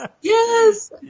Yes